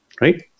right